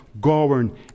govern